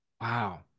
Wow